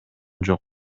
жок